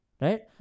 Right